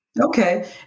Okay